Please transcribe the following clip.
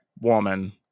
woman